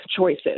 choices